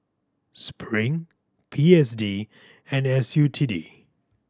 Spring P S D and S U T D